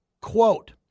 Quote